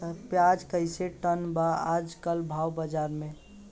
प्याज कइसे टन बा आज कल भाव बाज़ार मे?